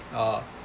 oh